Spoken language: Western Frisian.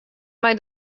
mei